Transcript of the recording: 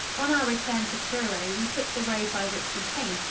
on our return to truro we took the road by which we came,